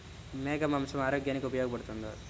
మేక మాంసం ఆరోగ్యానికి ఉపయోగపడుతుందా?